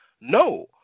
No